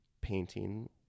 painting